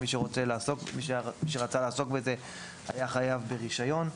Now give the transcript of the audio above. מי שרצה לעסוק בזה היה חייב ברישיון.